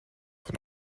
von